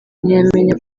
ntiyamenya